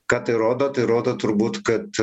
ką tai rodo tai rodo turbūt kad